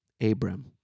Abram